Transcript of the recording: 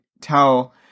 tell